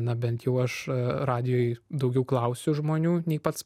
na bent jau aš radijuj daugiau klausiu žmonių nei pats